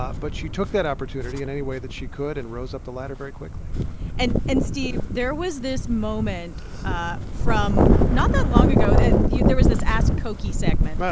ah but she took that opportunity in any way that she could and rose up the ladder very quickly and and, steve, there was this moment ah from not that long ago yeah there was this ask cokie segment. ah.